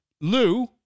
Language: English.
Lou